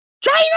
China